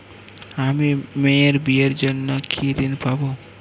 আমি মেয়ের বিয়ের জন্য কি ঋণ পাবো?